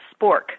spork